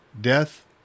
Death